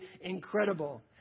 incredible